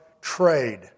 trade